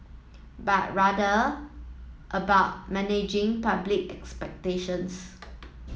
but rather about managing public expectations